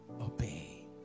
obey